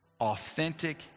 authentic